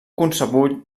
concebut